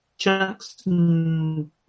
Jackson